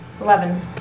Eleven